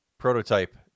Prototype